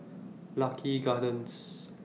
Lucky Gardens